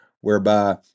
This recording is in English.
whereby